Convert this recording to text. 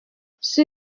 sur